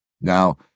Now